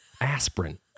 aspirin